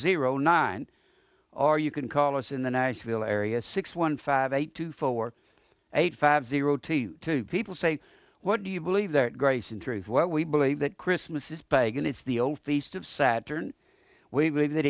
zero nine or you can call us in the nashville area six one five eight two four eight five zero to two people say what do you believe that grace in truth what we believe that christmas is pagan it's the old feast of saturn w